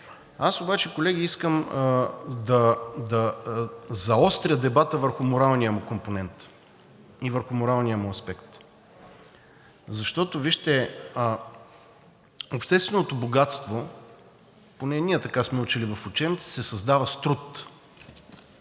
Аз обаче, колеги, искам да заостря дебата върху моралния му компонент и върху моралния му аспект, защото, вижте, общественото богатство, поне ние така сме учили в учебниците, се създава с труд,